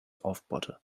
aufbohrte